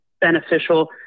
beneficial